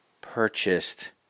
purchased